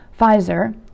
Pfizer